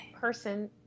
person